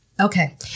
Okay